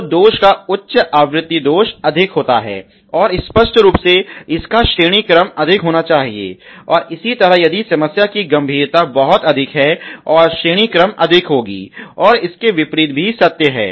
तो दोष का उच्च आवृत्ति दोष अधिक होता है और स्पष्ट रूप से इसका श्रेणी क्रम अधिक होना चाहिए और इसी तरह यदि समस्या की गंभीरता बहुत अधिक है और श्रेणी क्रम अधिक होगी और इसके विपरीत भी सत्य है